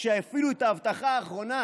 כשאפילו את ההבטחה האחרונה,